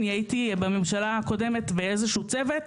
הייתי בממשלה הקודמת באיזשהו צוות,